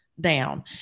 down